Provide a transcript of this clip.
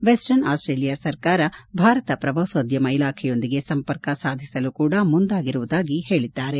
western Australia ಸರ್ಕಾರ ಭಾರತ ಪ್ರವಾಸೋದ್ದಮ ಇಲಾಖೆಯೊಂದಿಗೆ ಸಂಪರ್ಕ ಸಾಧಿಸಲು ಕೂಡಾ ಮುಂದಾಗಿರುವುದಾಗಿ ಹೇಳಿದ್ದಾರೆ